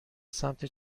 سمت